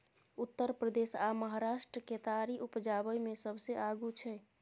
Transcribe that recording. उत्तर प्रदेश आ महाराष्ट्र केतारी उपजाबै मे सबसे आगू छै